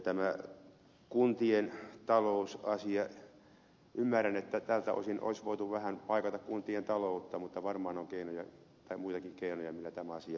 tämä kuntien talousasia ymmärrän että tältä osin olisi voitu vähän paikata kuntien taloutta mutta varmaan on muitakin keinoja millä tämä asia voidaan hoitaa